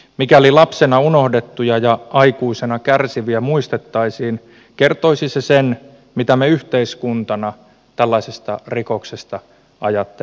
mikäli lapsena unohdettuja ja aikuisena kärsiviä muistettaisiin kertoisi se sen mitä me yhteiskuntana tällaisesta rikoksesta ajattelemme